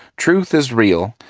truth is real,